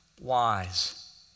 wise